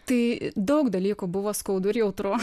tai daug dalykų buvo skaudu ir jautru